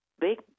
big